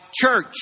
church